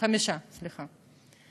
חמישה, סליחה.